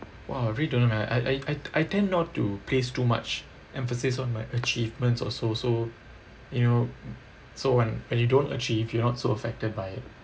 !wah! really don't know man I I I I tend not to place too much emphasis on my achievements or so so you know so when when you don't achieve you're not so affected by it